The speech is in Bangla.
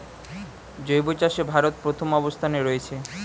জৈব চাষে ভারত প্রথম অবস্থানে রয়েছে